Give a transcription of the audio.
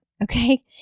okay